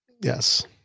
yes